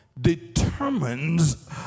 determines